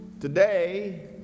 Today